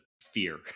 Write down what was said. fear